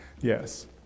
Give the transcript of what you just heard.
yes